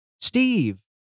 Steve